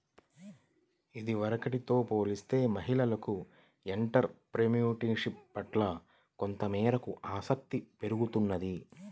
ఇదివరకటితో పోలిస్తే మహిళలకు ఎంటర్ ప్రెన్యూర్షిప్ పట్ల కొంతమేరకు ఆసక్తి పెరుగుతున్నది